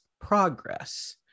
progress